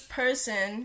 person